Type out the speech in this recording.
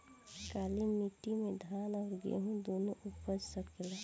काली माटी मे धान और गेंहू दुनो उपज सकेला?